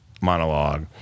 monologue